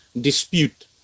dispute